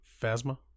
Phasma